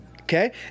Okay